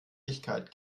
ewigkeit